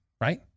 right